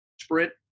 sprint